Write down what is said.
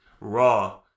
Raw